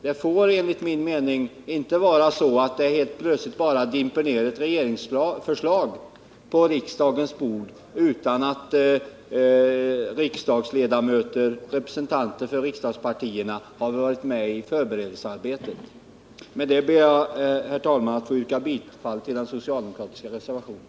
Det får enligt min mening inte vara så att det helt plötsligt bara dimper ned ett regeringsförslag på riksdagens bord utan att representanter för riksdagspartierna har varit med i förberedelsearbetet. Med det, herr talman, ber jag att få yrka bifall till den socialdemokratiska reservationen.